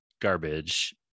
Garbage